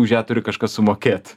už ją turi kažkas sumokėt